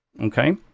Okay